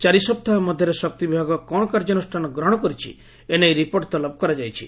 ଚାରି ସପ୍ତାହ ମଧ୍ୟରେ ଶକ୍ତି ବିଭାଗ କ'ଣ କାର୍ଯ୍ୟାନୁଷ୍ଠାନ ଗ୍ରହଶ କରିଛି ଏ ନେଇ ରିପୋର୍ଟ ତଲବ କରାଯାଇଛି